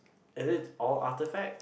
is it all artefact